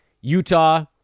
Utah